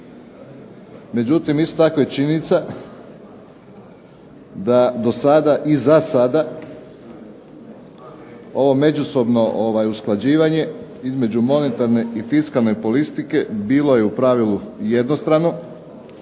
Međutim, isto tako je činjenica da do sada i za sada ovo međusobno usklađivanje između monetarne i fiskalne politike bilo je u pravilu jednostrano,